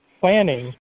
planning